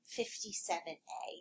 57a